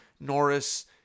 Norris